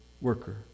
worker